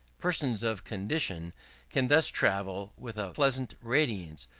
persons of condition can thus travel with a pleasant radiance,